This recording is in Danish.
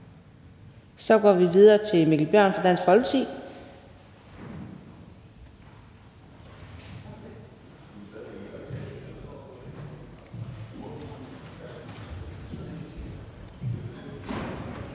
Så går vi videre til hr. Mikkel Bjørn fra Dansk Folkeparti.